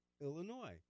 Illinois